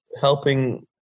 helping